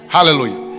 Hallelujah